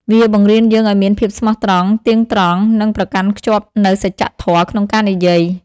វាបង្រៀនយើងឱ្យមានភាពស្មោះត្រង់ ទៀងត្រង់ និងប្រកាន់ខ្ជាប់នូវសច្ចៈធម៌ក្នុងការនិយាយ។